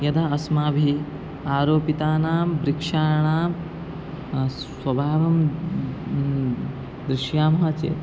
यदा अस्माभिः आरोपितानां वृक्षाणां स्वभावं पश्यामः चेत्